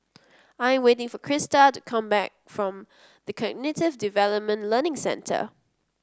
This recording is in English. I am waiting for Krysta to come back from The Cognitive Development Learning Centre